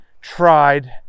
tried